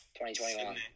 2021